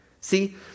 See